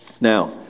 Now